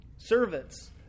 Servants